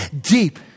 deep